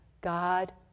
God